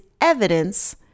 evidence